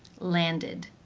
landed.